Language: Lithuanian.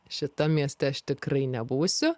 šitam mieste aš tikrai nebūsiu